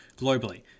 globally